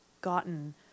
gotten